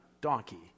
donkey